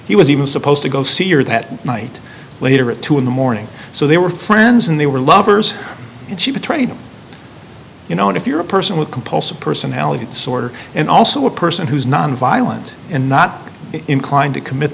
he was even supposed to go see or that night later at two in the morning so they were friends and they were lovers and she betrayed you know if you're a person with compulsive personality disorder and also a person who's nonviolent and not inclined to commit